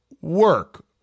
work